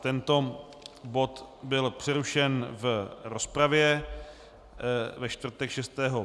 Tento bod byl přerušen v rozpravě ve čtvrtek 6.